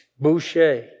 Boucher